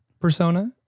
persona